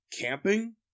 Camping